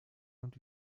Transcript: und